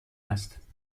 است